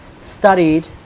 studied